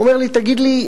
הוא אומר לי: תגיד לי,